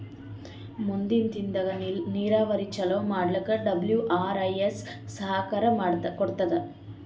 ಮುಂದಿನ್ ದಿನದಾಗ್ ನೀರಾವರಿ ಚೊಲೋ ಮಾಡಕ್ ಡಬ್ಲ್ಯೂ.ಆರ್.ಐ.ಎಸ್ ಸಹಕಾರ್ ಕೊಡ್ತದ್